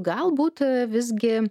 galbūt visgi